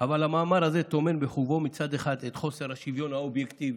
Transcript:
אבל המאמר הזה טומן בחובו מצד אחד את חוסר השוויון האובייקטיבי: